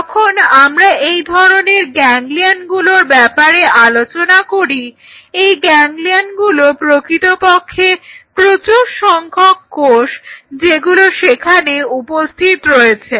যখন আমরা এই ধরনের গ্যাংগলিয়নগুলোর ব্যাপারে আলোচনা করি এই গ্যাংগলিয়নগুলো প্রকৃতপক্ষে প্রচুর সংখ্যক কোষ যেগুলো সেখানে উপস্থিত রয়েছে